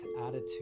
attitude